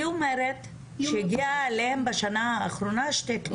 היא אומרת שהגיעו אליהם בשנה האחרונה שתי תלונות.